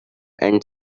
and